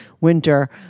winter